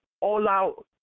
all-out